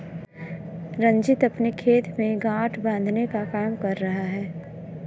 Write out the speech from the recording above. रंजीत अपने खेत में गांठ बांधने का काम कर रहा है